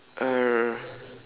err